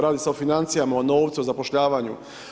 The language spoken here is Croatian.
Radi se o financijama, o novcu, zapošljavanju.